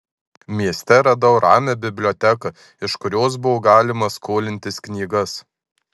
mieste radau ramią biblioteką iš kurios buvo galima skolintis knygas